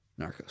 narcos